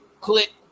click